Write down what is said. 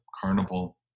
carnival